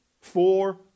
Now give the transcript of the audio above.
four